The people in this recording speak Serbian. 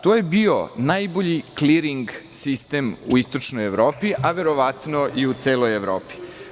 To je bio najbolji kliring sistem u istočnoj Evropi, a verovatno i u celoj Evropi.